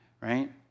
right